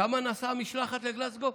כמה נסעה המשלחת לגלזגו,